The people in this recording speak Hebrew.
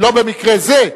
לא במקרה זה,